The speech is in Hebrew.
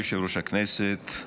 אדוני יושב-ראש הכנסת,